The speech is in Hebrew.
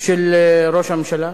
של ראש הממשלה.